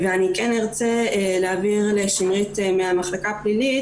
אני ארצה להעביר לשמרית מהמחלקה הפלילית